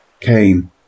Cain